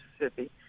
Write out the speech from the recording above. Mississippi